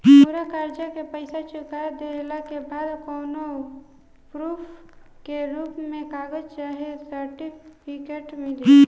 पूरा कर्जा के पईसा चुका देहला के बाद कौनो प्रूफ के रूप में कागज चाहे सर्टिफिकेट मिली?